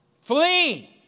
Flee